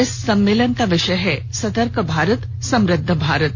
इस सम्मेलन का विषय है सतर्क भारत समृद्ध भारत